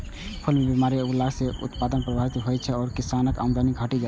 फूल मे बीमारी लगला सं उत्पादन प्रभावित होइ छै आ किसानक आमदनी घटि जाइ छै